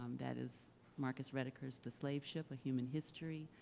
um that is marcus rediker's the slave ship a human history.